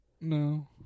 No